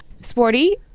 sporty